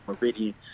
Meridian